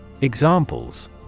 Examples